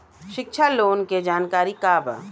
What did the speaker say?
शिक्षा लोन के जानकारी का बा?